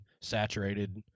saturated